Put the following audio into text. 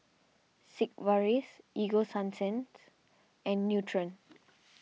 Sigvaris Ego Sunsense and Nutren